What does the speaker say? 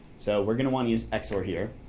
so we're going to want to use xor here.